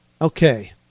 okay